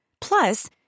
Plus